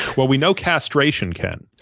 well, we know castration can. oh,